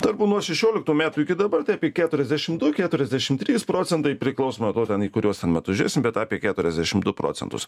tarpu nuo šešioliktų metų iki dabartai apie keturiasdešim du keturiasdešim trys procentai priklauso nuo to ten į kuriuos ten metus žiūrėsim bet apie keturiasdešim du procentus